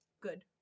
good